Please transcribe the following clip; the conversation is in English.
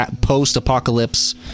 post-apocalypse